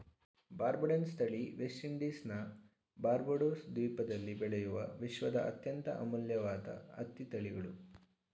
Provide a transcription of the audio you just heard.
ಬಾರ್ಬಡನ್ಸ್ ತಳಿ ವೆಸ್ಟ್ ಇಂಡೀಸ್ನ ಬಾರ್ಬಡೋಸ್ ದ್ವೀಪದಲ್ಲಿ ಬೆಳೆಯುವ ವಿಶ್ವದ ಅತ್ಯಂತ ಅಮೂಲ್ಯವಾದ ಹತ್ತಿ ತಳಿಗಳು